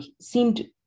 seemed